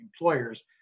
employers